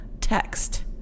text